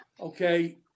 okay